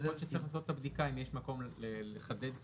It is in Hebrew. יכול להיות שצריך לעשות בדיקה אם יש מקום לחדד כאן,